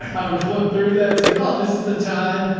i would flip through that. it's like, oh, this is the time.